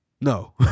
No